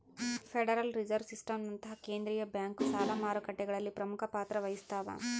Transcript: federal reserve ಸಿಸ್ಟಮ್ನಂತಹ ಕೇಂದ್ರೀಯ bank ಸಾಲ ಮಾರುಕಟ್ಟೆಗಳಲ್ಲಿ ಪ್ರಮುಖ ಪಾತ್ರ ವಹಿಸ್ತವ